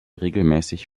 regelmäßig